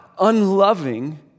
unloving